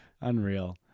Unreal